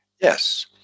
Yes